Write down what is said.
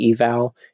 eval